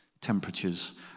Temperatures